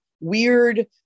weird